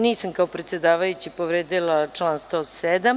Nisam kao predsedavajući povredila član 107.